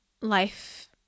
life